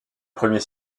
premier